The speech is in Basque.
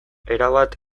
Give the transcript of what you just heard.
erabat